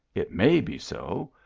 it may be so.